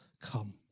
come